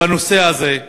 בנושא הזה.